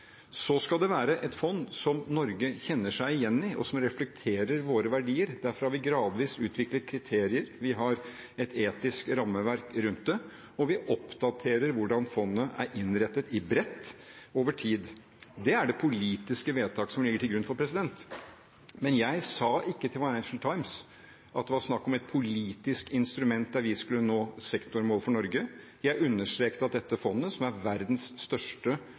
Så skal det være et fond som Norge kjenner seg igjen i, og som reflekterer våre verdier. Derfor har vi gradvis utviklet kriterier. Vi har et etisk rammeverk rundt det, og vi oppdaterer hvordan fondet er innrettet – i bredt – over tid. Det er det politiske vedtak som ligger til grunn for. Men jeg sa ikke til Financial Times at det var snakk om et politisk instrument der vi skulle nå sektormål for Norge. Jeg understrekte at dette fondet, som er verdens største